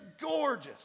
gorgeous